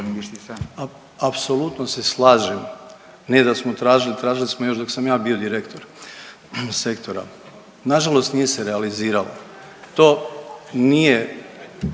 Apsolutno se slažem, ne da smo tražili, tražili smo još dok sam ja bio direktor sektora. Nažalost nije se realiziralo, to nije,